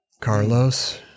Carlos